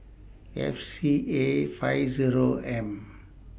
F C A five Zero M